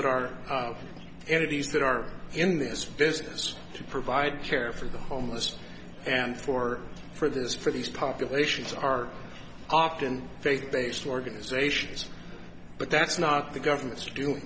that are in these that are in this business to provide care for the homeless and for for this for these populations are often faith based organizations but that's not the government's doing